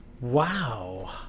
Wow